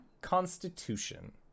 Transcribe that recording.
Constitution